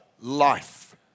life